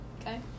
Okay